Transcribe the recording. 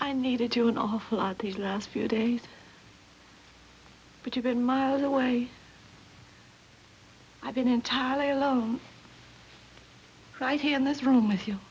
i needed you an awful lot these last few days but you've been miles away i've been entirely alone right here in this room with you